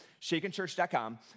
Shakenchurch.com